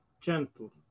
gentle